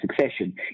succession